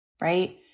right